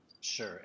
Sure